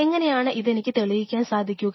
എങ്ങനെയാണ് ഇതെനിക്ക് തെളിയിക്കാൻ സാധിക്കുക